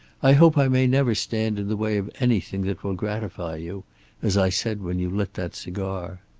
i hope i may never stand in the way of anything that will gratify you as i said when you lit that cigar.